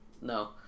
No